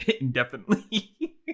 indefinitely